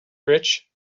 rich